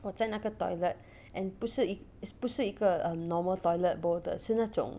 我在那个 toilet and 不是一 is 不是一个 um normal toilet bowl 的是那种